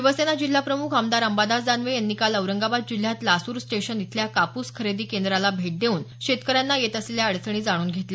शिवसेना जिल्हाप्रमुख आमदार अंबादास दानवे यांनी काल औरंगाबाद जिल्ह्यात लासूर स्टेशन इथल्या कापूस खरेदी केंद्राला भेट देऊन शेतकऱ्यांना येत असलेल्या अडचणी जाणून घेतल्या